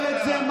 אני אומר את זה,